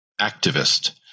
activist